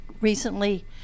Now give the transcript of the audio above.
recently